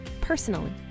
personally